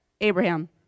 Abraham